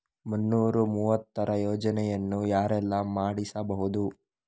ಮುನ್ನೂರ ಮೂವತ್ತರ ಯೋಜನೆಯನ್ನು ಯಾರೆಲ್ಲ ಮಾಡಿಸಬಹುದು?